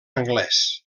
anglès